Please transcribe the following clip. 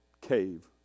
cave